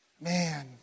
man